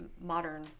modern